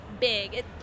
big